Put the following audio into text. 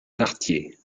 quartier